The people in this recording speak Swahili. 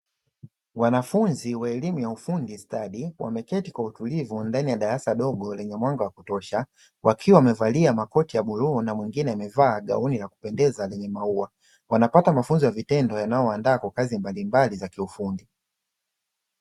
Wanafunzi wa elimu ya ufundi stadi wameketi kwa utulivu ndani ya darasa dogo lenye mwanga wa kutosha, wakiwa wamevalia makoti ya bluu na mwingine amevaa gauni la kupendeza lenye maua. Wanapata mafunzo ya vitendo yanayowaanda kwa kazi mbalimbali za kiufundi.